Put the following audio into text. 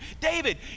David